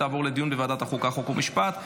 לוועדת חוקה חוק ומשפט נתקבלה.